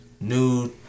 New